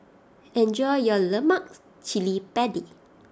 enjoy your Lemak Cili Padi